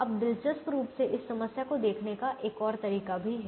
अब दिलचस्प रूप से इस समस्या को देखने का एक तीसरा तरीका भी है